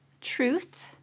truth